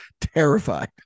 Terrified